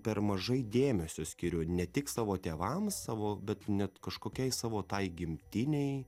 per mažai dėmesio skiriu ne tik savo tėvams savo bet net kažkokiai savo tai gimtinei